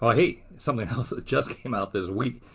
ah hey, something else just came out this week,